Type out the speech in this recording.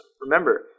Remember